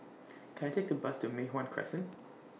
Can I Take The Bus to Mei Hwan Crescent